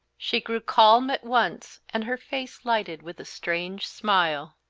she grew calm at once and her face lighted with a strange smile.